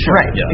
right